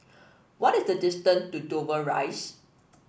what is the distance to Dover Rise